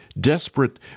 desperate